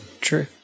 True